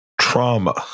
Trauma